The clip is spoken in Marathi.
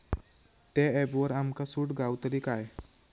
त्या ऍपवर आमका सूट गावतली काय?